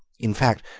in fact,